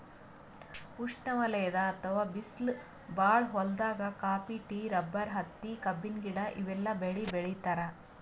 ಉಷ್ಣವಲಯದ್ ಅಥವಾ ಬಿಸ್ಲ್ ಭಾಳ್ ಹೊಲ್ದಾಗ ಕಾಫಿ, ಟೀ, ರಬ್ಬರ್, ಹತ್ತಿ, ಕಬ್ಬಿನ ಗಿಡ ಇವೆಲ್ಲ ಬೆಳಿ ಬೆಳಿತಾರ್